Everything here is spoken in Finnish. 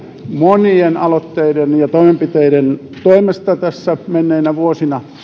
monien aloitteiden ja toimenpiteiden toimesta tässä menneinä vuosina